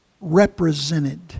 represented